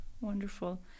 Wonderful